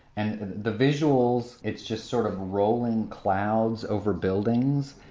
and the visuals it's just sort of rolling clouds over buildings.